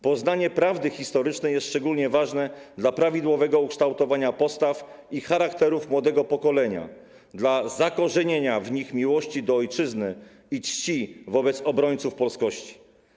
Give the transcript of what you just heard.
Poznanie prawdy historycznej jest szczególnie ważne dla prawidłowego ukształtowania postaw i charakterów młodego pokolenia dla zakorzenienia w nich miłości do ojczyzny i czci wobec obrońców polskości.